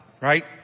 right